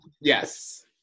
yes